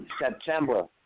September